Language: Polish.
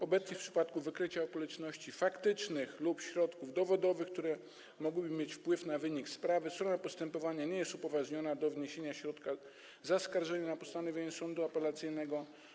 Obecnie w przypadku wykrycia okoliczności faktycznych lub środków dowodowych, które mogłyby mieć wpływ na wynik sprawy, strona postępowania nie jest upoważniona do wniesienia środka zaskarżenia na postanowienie sądu apelacyjnego.